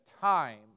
time